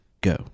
Go